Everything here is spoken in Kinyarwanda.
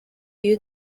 iyo